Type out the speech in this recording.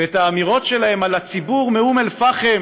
ואת האמירות שלהם על הציבור מאום אלפחם